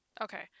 Okay